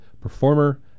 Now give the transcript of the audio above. Performer